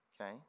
okay